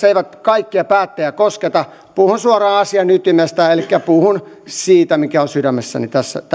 eivät kaikkia päättäjiä kosketa puhun suoraan asian ytimestä elikkä puhun siitä mikä on sydämessäni tällä hetkellä